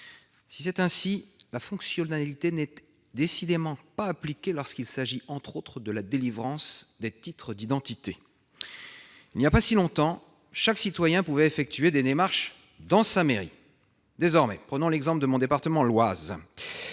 en est ainsi, la fonctionnalité n'est décidément pas de mise lorsqu'il s'agit, entre autres actes administratifs, de la délivrance des titres d'identité. Il n'y a pas si longtemps, chaque citoyen pouvait effectuer des démarches dans sa mairie. Désormais, si l'on prend l'exemple de mon département de